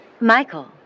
Michael